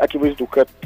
akivaizdu kad